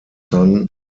son